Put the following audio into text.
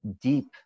deep